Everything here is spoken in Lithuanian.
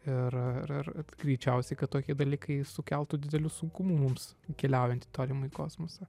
ir ir ir greičiausiai kad tokie dalykai sukeltų didelių sunkumų mums keliaujant į tolimąjį kosmosą